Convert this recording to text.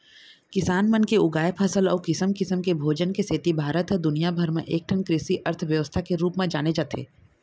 किसान मन के उगाए फसल अउ किसम किसम के भोजन के सेती भारत ह दुनिया भर म एकठन कृषि अर्थबेवस्था के रूप म जाने जाथे